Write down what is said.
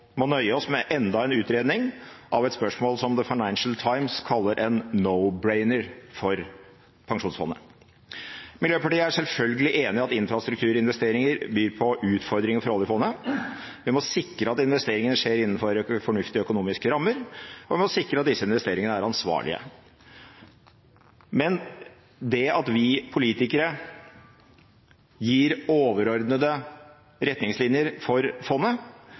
må nøye oss med enda en utredning av et spørsmål som Financial Times kaller en «no-brainer» for pensjonsfondet. Miljøpartiet er selvfølgelig enig i at infrastrukturinvesteringer byr på utfordringer for oljefondet. Vi må sikre at investeringene skjer innenfor fornuftige økonomiske rammer, og vi må sikre at disse investeringene er ansvarlige. Men det at vi politikere gir overordnede retningslinjer for fondet,